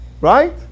right